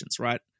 Right